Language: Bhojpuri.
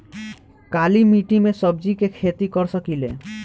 काली मिट्टी में सब्जी के खेती कर सकिले?